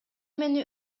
мени